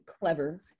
clever